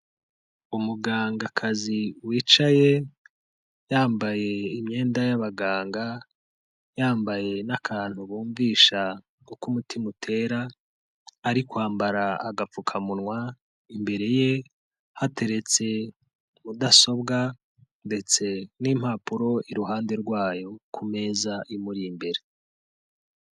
Umugangakazi wicaye yambaye imyenda y'abaganga, yambaye n'akantu bumvisha uko umutima utera, ari kwambara agapfukamunwa, imbere ye hateretse mudasobwa ndetse n'impapuro iruhande rwayo ku meza imuri imbere.